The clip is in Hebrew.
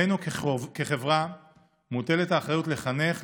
עלינו כחברה מוטלת האחריות לחנך,